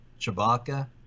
Chewbacca